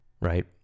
right